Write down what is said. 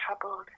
troubled